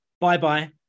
Bye-bye